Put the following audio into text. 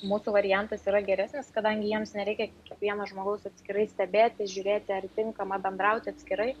mūsų variantas yra geresnis kadangi jiems nereikia vieno žmogaus atskirai stebėti žiūrėti ar tinkama bendrauti atskirai